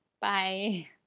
Bye